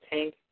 Tank